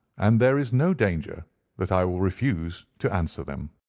and there is no danger that i will refuse to answer them.